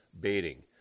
baiting